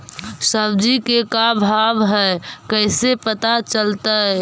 सब्जी के का भाव है कैसे पता चलतै?